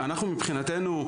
מבחינתנו,